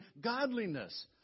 godliness